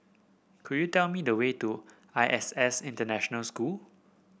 could you tell me the way to I S S International School